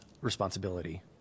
responsibility